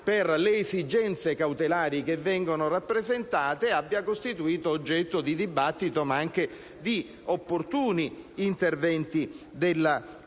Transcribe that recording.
per le esigenze cautelari che vengono rappresentate, abbia costituito oggetto di dibattito, ma anche di opportuni interventi della Corte